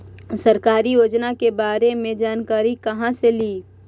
सरकारी योजना के बारे मे जानकारी कहा से ली?